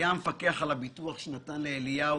היה המפקח על הביטוח שנתן לאליהו